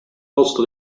posto